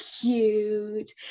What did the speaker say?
cute